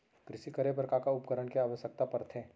कृषि करे बर का का उपकरण के आवश्यकता परथे?